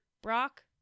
brock